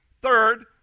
Third